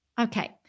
Okay